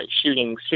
shooting